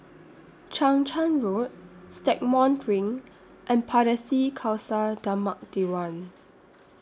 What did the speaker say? Chang Charn Road Stagmont Ring and Pardesi Khalsa Dharmak Diwan